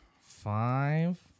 five